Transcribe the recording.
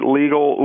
legal